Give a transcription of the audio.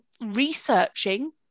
researching